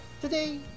Today